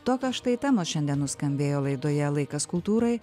tokios štai temos šiandien nuskambėjo laidoje laikas kultūrai